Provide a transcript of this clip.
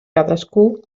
cadascú